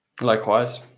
Likewise